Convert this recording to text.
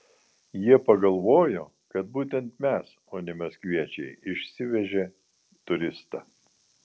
jie pagalvojo kad būtent mes o ne maskviečiai išsivežė turistą